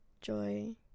Joy